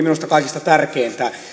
minusta kaikista tärkeintä